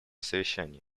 совещании